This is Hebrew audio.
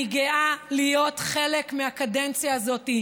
אני גאה להיות חלק מהקדנציה הזאת,